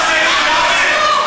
זה קשור?